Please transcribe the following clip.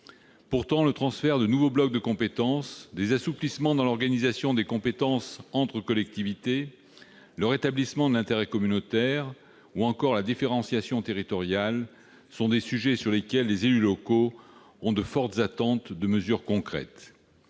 Pourtant, le transfert de nouveaux blocs de compétences, des assouplissements dans l'organisation des compétences entre collectivités, le rétablissement de l'intérêt communautaire ou encore la différenciation territoriale sont des sujets sur lesquels les élus locaux ont de fortes attentes de mesures concrètes.